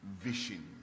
vision